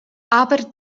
aber